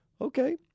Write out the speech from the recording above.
Okay